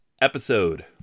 episode